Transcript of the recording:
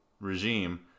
regime